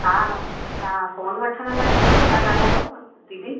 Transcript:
हा तव्हां सोन वठण लाइ था ॻाल्हायो दीदी